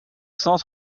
cent